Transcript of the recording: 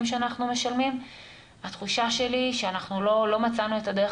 שאנחנו משלמים התחושה שלי היא שאנחנו לא מצאנו את הדרך